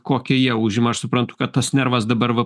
kokį jie užima aš suprantu kad tas nervas dabar va